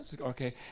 okay